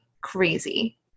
crazy